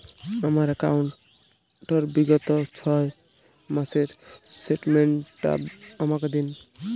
আমার অ্যাকাউন্ট র বিগত ছয় মাসের স্টেটমেন্ট টা আমাকে দিন?